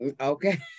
Okay